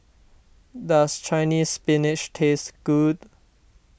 does Chinese Spinach taste good